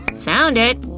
found it.